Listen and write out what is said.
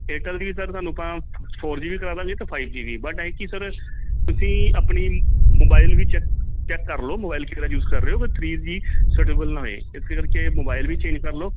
ਏਅਰਟੈਲ ਦੀ ਵੀ ਸਰ ਤੁਹਾਨੂੰ ਆਪਾਂ ਫੋਰ ਜੀ ਵੀ ਕਰਾ ਦਾਂਗੇ ਅਤੇ ਫਾਇਵ ਜੀ ਵੀ ਬਟ ਇੱਕ ਚੀਜ਼ ਸਰ ਤੁਸੀਂ ਆਪਣੀ ਮੋਬਾਈਲ ਵਿੱਚ ਚੈੱਕ ਚੈੱਕ ਕਰ ਲਓ ਮੋਬਾਈਲ ਕਿਹੜਾ ਯੂਜ ਕਰ ਰਹੇ ਹੋ ਕਿਤੇ ਥਰੀ ਜੀ ਸੂਟਏਬਲ ਨਾ ਹੋਏ ਇਸ ਕਰਕੇ ਮੋਬਾਈਲ ਵੀ ਚੇਂਜ ਕਰ ਲਓ